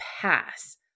pass